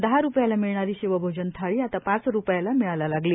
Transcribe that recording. दहा रुपयाला मिळणारी शिवभोजन थाळी आता पाच रुपयाला मिळायला लागली